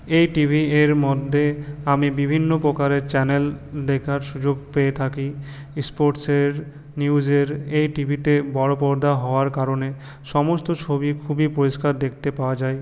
এই টিভি এর মধ্যে আমি বিভিন্ন প্রকারের চ্যানেল দেখার সুযোগ পেয়ে থাকি সস্পোর্টসের নিউজের এই টিভিতে বড়ো পর্দা হওয়ার কারণে সমস্ত ছবি খুবই পরিষ্কার দেখতে পাওয়া যায়